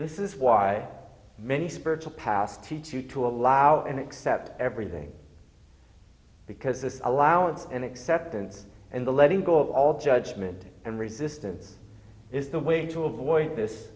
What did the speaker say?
this is why many spiritual path teach you to allow and accept everything because this allowance and acceptance and the letting go all judgment and resistance is the way to avoid this